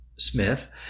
Smith